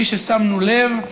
בלי ששמנו לב,